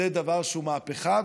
זה דבר שהוא מהפכה.